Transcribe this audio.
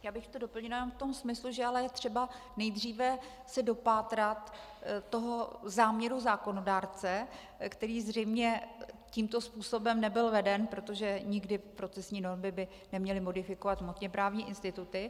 Já bych to doplnila v tom smyslu, že je třeba nejdříve se dopátrat toho záměru zákonodárce, který zřejmě tímto způsobem nebyl veden, protože nikdy procesní normy by neměly modifikovat hmotněprávní instituty.